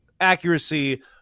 accuracy